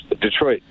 Detroit